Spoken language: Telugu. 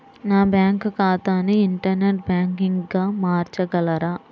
నా బ్యాంక్ ఖాతాని ఇంటర్నెట్ బ్యాంకింగ్గా మార్చగలరా?